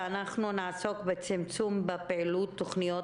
ואנחנו נעסוק בצמצום בפעילות תוכניות